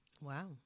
Wow